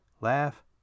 Laugh